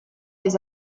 les